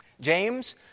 James